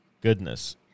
Goodness